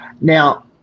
Now